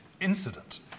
incident